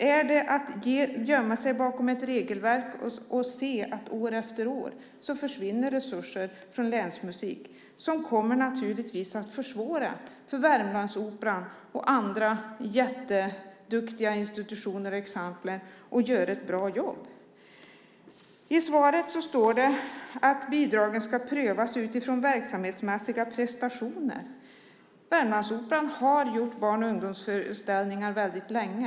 Är det att gömma sig bakom ett regelverk och se att det år efter år försvinner resurser från Länsmusiken, vilket naturligtvis kommer att försvåra för Värmlandsoperan och andra jätteduktiga institutioner att göra ett bra jobb? I svaret står det att bidragen ska prövas utifrån verksamhetsmässiga prestationer. Värmlandsoperan har gjort barn och ungdomsföreställningar väldigt länge.